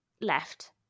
left